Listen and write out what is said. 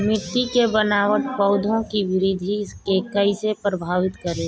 मिट्टी के बनावट पौधों की वृद्धि के कईसे प्रभावित करेला?